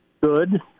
Good